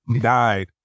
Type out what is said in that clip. died